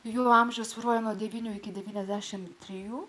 jų amžius svyruoja nuo devyniu iki devyniasdešimt trijų